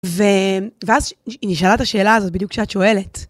ואז היא נשאלה את השאלה הזאת בדיוק שאת שואלת.